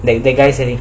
that that guy selling